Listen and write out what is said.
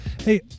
Hey